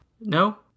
no